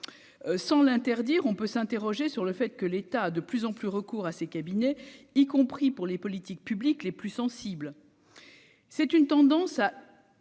sans l'interdire, on peut s'interroger sur le fait que l'état de plus en plus recours à ces cabinets, y compris pour les politiques publiques les plus sensibles, c'est une tendance à